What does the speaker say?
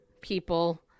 people